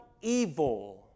evil